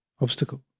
obstacle